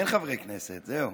אין חברי כנסת, זהו.